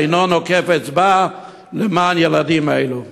שאינו נוקף אצבע למען הילדים האלה.